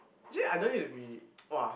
actually I don't need to be !wah!